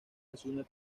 asume